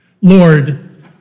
Lord